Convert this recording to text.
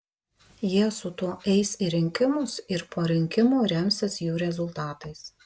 jie su tuo eis į rinkimus ir po rinkimų remsis jų rezultatais